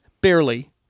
barely